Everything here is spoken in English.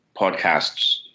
podcasts